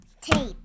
tape